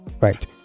right